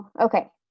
okay